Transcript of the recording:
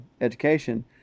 education